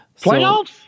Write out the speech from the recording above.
Playoffs